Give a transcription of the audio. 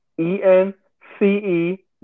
E-N-C-E